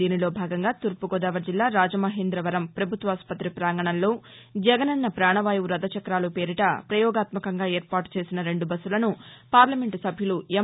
దీనిలో భాగంగాతూర్పుగోదావరి జిల్లా రాజమహేందవరం పభుత్వాసుపతి పాంగణంలో జగనన్న పాణవాయువు రథ చక్రాలు పేరిట ఫయోగాత్మకంగా ఏర్పాటు చేసిన రెండు బస్సులను పార్లమెంటు సభ్యులు ఎం